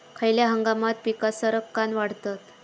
खयल्या हंगामात पीका सरक्कान वाढतत?